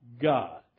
God